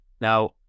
now